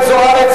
אורית זוארץ,